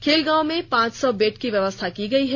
खेलगांव में पांच सौ बेड की व्यवस्था की गई है